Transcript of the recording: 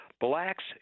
blacks